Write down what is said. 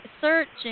searching